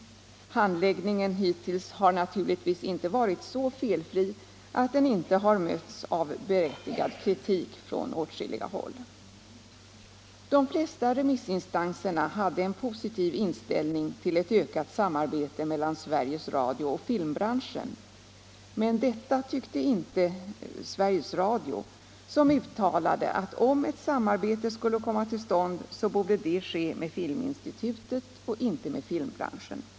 Handläggningen hittills har naturligtvis inte varit så felfri, att den inte har mötts av berättigad kritik från åtskilliga håll. De flesta remissinstanserna hade en positiv inställning till ett ökat samarbete mellan Sveriges Radio och filmbranschen, men detta tyckte inte Sveriges Radio, som uttalade att om ett samarbete skulle komma till stånd, så borde det ske med Filminstitutet och inte med filmbranschen.